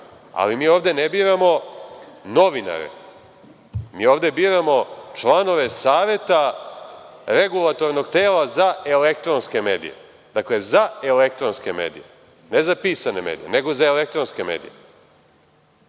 Ali, mi ovde ne biramo novinare, mi ovde biramo članove Saveta regulatornog tela za elektronske medije. Dakle, za elektronske medije, ne za pisane medije, nego za elektronske medije. Tako